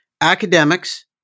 academics